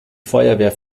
feuerwehr